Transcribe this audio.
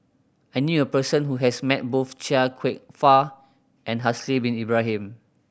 I knew a person who has met both Chia Kwek Fah and Haslir Bin Ibrahim